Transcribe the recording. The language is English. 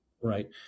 right